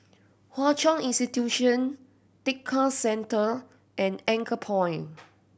Hwa Chong Institution Tekka Centre and Anchorpoint